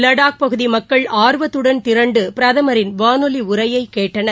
லடாக் பகுதி மக்கள் ஆர்வத்துடன் திரண்டு பிரதமரின் வானொலி உரையை கேட்டனர்